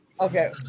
okay